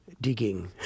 digging